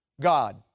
God